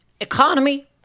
economy